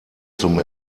zum